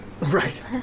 Right